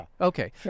Okay